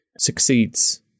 succeeds